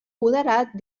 moderat